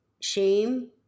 shame